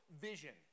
vision